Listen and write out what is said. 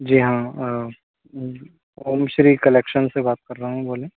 जी हाँ ओम श्री कलेक्शन से बात कर रहा हूँ बोलें